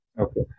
Okay